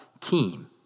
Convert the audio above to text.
team